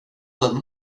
den